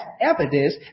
evidence